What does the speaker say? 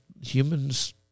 humans